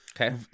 okay